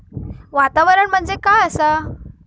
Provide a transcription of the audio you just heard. वातावरण म्हणजे काय आसा?